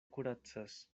kuracas